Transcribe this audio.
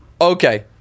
Okay